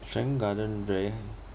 serangoon garden very